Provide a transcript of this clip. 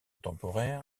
temporaire